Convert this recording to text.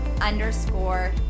underscore